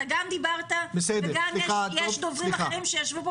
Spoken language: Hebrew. דיברת וגם יש דוברים אחרים שיושבים פה